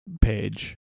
page